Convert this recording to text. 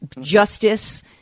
justice